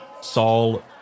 Saul